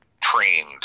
trained